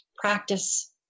practice